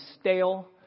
stale